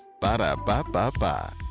Ba-da-ba-ba-ba